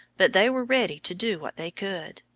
but they were ready to do what they could.